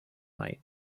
night